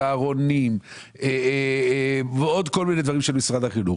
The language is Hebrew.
צהרונים ועוד כל מיני דברים של משרד החינוך.